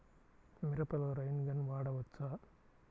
మిరపలో rain gun వాడవచ్చా?